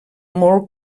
molt